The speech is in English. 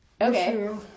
Okay